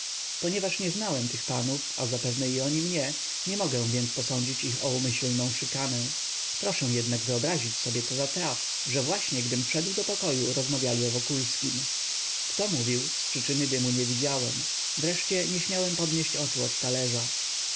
ponieważ nie znałem tych panów a zapewne i oni mnie nie mogę więc posądzić ich o umyślną szykanę proszę jednak wyobrazić sobie co za traf że właśnie gdym wszedł do pokoju rozmawiali o wokulskim kto mówił z przyczyny dymu nie widziałem wreszcie nie śmiałem podnieść oczu od talerza